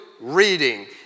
reading